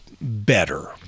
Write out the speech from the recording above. better